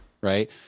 Right